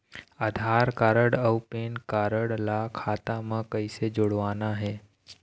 आधार card अऊ PAN card ला खाता म कइसे जोड़वाना हे?